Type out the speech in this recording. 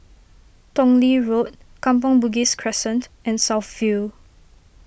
Tong Lee Road Kampong Bugis Crescent and South View